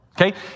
Okay